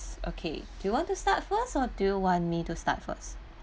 okay do you want to start first or do you want me to start first